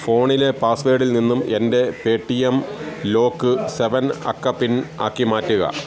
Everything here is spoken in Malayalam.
ഫോണിലെ പാസ്വേഡിൽ നിന്നും എൻ്റെ Paytm lock seven അക്ക പിൻ ആക്കി മാറ്റുക